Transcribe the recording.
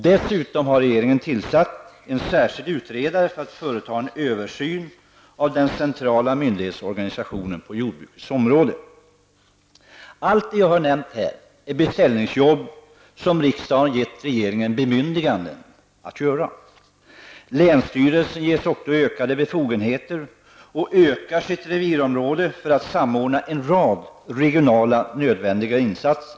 Dessutom har regeringen tillsatt en särskild utredare för att företa en översyn av den centrala myndighetsorganisationen på jordbrukets område. Allt det jag här har nämnt är beställningsjobb som riksdagen gett regeringen bemyndiganden att göra. Länsstyrelsen ges ökade befogenheter och ökar sitt revirområde för att samordna en rad regionala nödvändiga insatser.